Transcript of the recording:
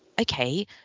Okay